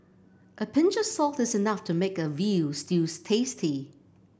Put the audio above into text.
a pinch of salt is enough to make a veal stews tasty